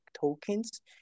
tokens